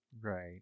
right